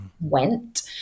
went